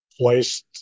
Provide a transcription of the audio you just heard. Placed